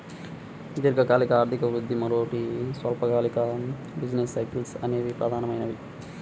దీర్ఘకాలిక ఆర్థిక వృద్ధి, మరోటి స్వల్పకాలిక బిజినెస్ సైకిల్స్ అనేవి ప్రధానమైనవి